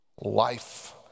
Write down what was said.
life